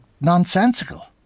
nonsensical